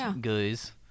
guys